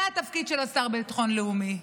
זה התפקיד של השר לביטחון לאומי.